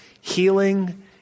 healing